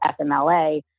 FMLA